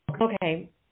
okay